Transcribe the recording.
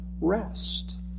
rest